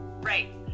right